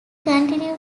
continued